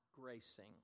gracing